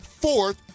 fourth